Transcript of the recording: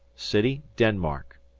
city. denmark.